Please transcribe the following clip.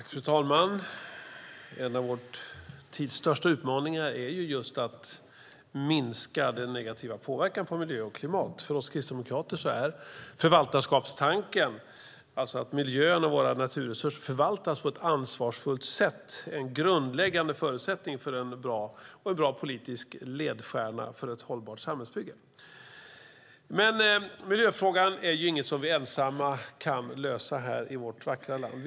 Fru talman! En av vår tids största utmaningar är att minska den negativa påverkan på miljö och klimat. För oss kristdemokrater är förvaltarskapstanken - att miljön och våra naturresurser förvaltas på ett ansvarsfullt sätt - en grundläggande förutsättning och en bra politisk ledstjärna för ett hållbart samhällsbygge. Miljöfrågan är inget som vi här i vårt vackra land ensamma kan lösa.